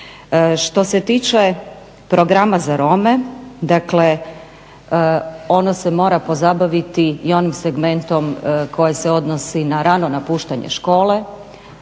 Što se tiče programa za Rome, dakle ono se mora pozabaviti i onim segmentom koji se odnosi na rano napuštanje škole,